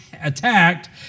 attacked